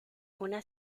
una